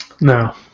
No